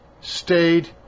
stayed